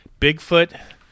Bigfoot